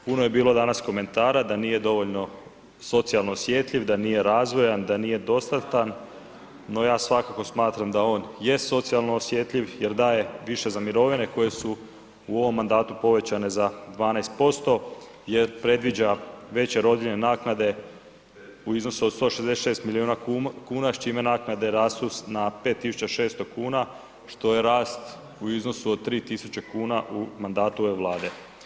Puno je bilo danas komentara da nije dovoljno socijalno osjetljiv, da nije razvojan, da nije dostatan, no ja svakako smatram da on jest socijalno osjetljiv jer daje više za mirovine koje su u ovom mandatu povećane za 12%, jer predviđa veće rodiljne naknade u iznosu od 166 milijuna kuna, s čime naknade rastu na 5600 kn, što je rast u iznosu od 3 tisuće kuna u mandatu ove Vlade.